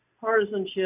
partisanship